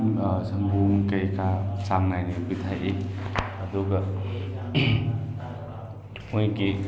ꯁꯪꯒꯣꯝ ꯀꯩꯀꯥ ꯆꯥꯡ ꯅꯥꯏꯅ ꯄꯤꯊꯛꯏ ꯑꯗꯨꯒ ꯃꯣꯏꯒꯤ